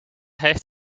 heeft